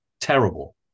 terrible